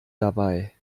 dabei